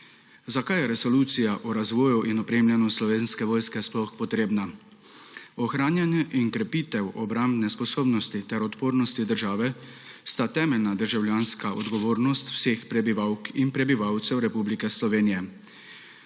Zakaj je resolucija o razvoju in opremljenosti slovenske vojske sploh potrebna? Ohranjanje in krepitev obrambne sposobnosti ter odpornosti države sta temeljna državljanska odgovornost vseh prebivalk in prebivalcev Republike Slovenije.